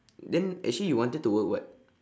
then actually you wanted to work what